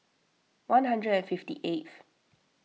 one hundred and fifty eighth